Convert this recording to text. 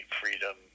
freedom